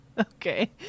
Okay